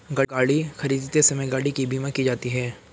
गाड़ी खरीदते समय गाड़ी की बीमा की जाती है